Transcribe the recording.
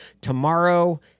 Tomorrow